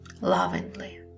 lovingly